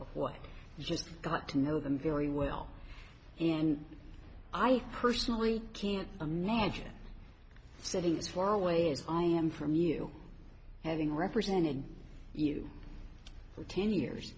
just got to know them very well and i personally can't imagine sitting as far away as i am from you having represented you for ten years